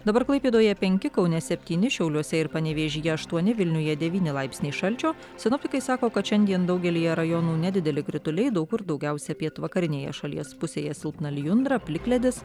dabar klaipėdoje penki kaune septyni šiauliuose ir panevėžyje aštuoni vilniuje devyni laipsniai šalčio sinoptikai sako kad šiandien daugelyje rajonų nedideli krituliai daug kur daugiausia pietvakarinėje šalies pusėje silpna lijundra plikledis